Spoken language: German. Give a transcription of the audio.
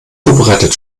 zubereitet